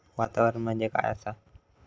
वातावरण म्हणजे काय आसा?